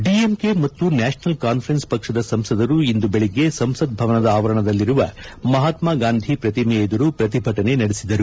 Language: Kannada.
ಡಿಎಂಕೆ ಮತ್ತು ನ್ಯಾಷನಲ್ ಕಾನ್ಫರೆನ್ಸ್ ಪಕ್ಷದ ಸಂಸದರು ಇಂದು ಬೆಳಿಗ್ಗೆ ಸಂಸತ್ ಭವನದ ಆವರಣದಲ್ಲಿರುವ ಮಹಾತ್ಮಗಾಂಧಿ ಪ್ರತಿಮೆ ಎದುರು ಪ್ರತಿಭಟನೆ ನಡೆಸಿದರು